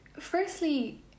firstly